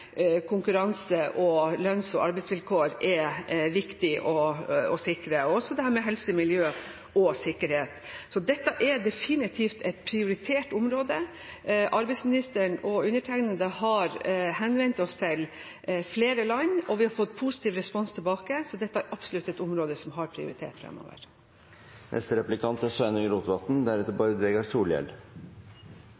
konkurranse og lønns- og arbeidsvilkår er viktig å sikre, og også helse, miljø og sikkerhet. Så dette er definitivt et prioritert område. Arbeidsministeren og undertegnede har henvendt seg til flere land, og vi har fått positiv respons tilbake. Så dette er absolutt et område som har